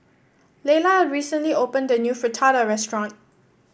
Lela recently opened a new Fritada restaurant